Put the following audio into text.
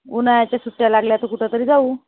उन्हाळ्याच्या सुट्ट्या लागल्या तर कुठंतरी जाऊ